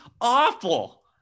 awful